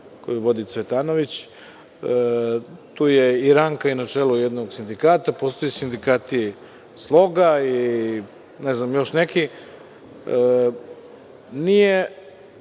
koju vodi Cvetanović. Tu je i Ranka na čelu jednog sindikata. Postoje sindikati „Sloga“ i ne znam još neki. Nije